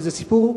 וזה סיפור,